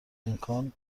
امکان